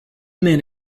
men